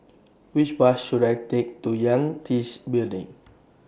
Which Bus should I Take to Yangtze Building